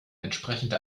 entsprechende